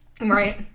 Right